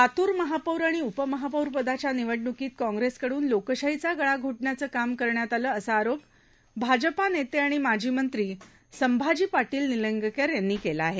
लातूर महापौर आणि उपमहापौरपदाच्या निवडणुकीत कॉंग्रेसकडून लोकशाहचा गळा घोटण्याचं काम करण्यात आलं असा आरोप भाजपा नेते आणि माज मेत्र सिंभाज पिटल्वि निलंगेकर यांन क्रिला आहे